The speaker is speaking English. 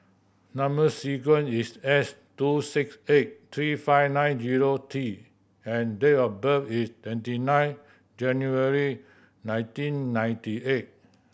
number sequence is S two six eight three five nine zero T and date of birth is twenty nine January nineteen ninety eight